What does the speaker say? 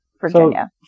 Virginia